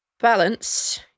Balance